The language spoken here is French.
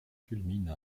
culmine